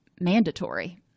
mandatory